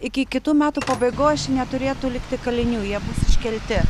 iki kitų metų pabaigos čia neturėtų likti kalinių jie bus iškelti